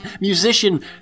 musician